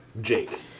Jake